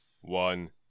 one